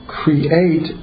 create